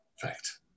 fact